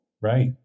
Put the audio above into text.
right